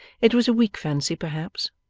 it was a weak fancy perhaps,